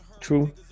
True